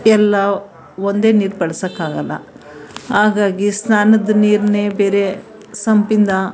ಎಲ್ಲ ಒಂದೇ ನೀರು ಬಳಸೋಕ್ಕಾಗಲ್ಲ ಹಾಗಾಗಿ ಸ್ನಾನದ ನೀರನ್ನೇ ಬೇರೆ ಸಂಪಿಂದ